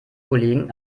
kollegen